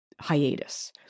hiatus